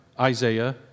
Isaiah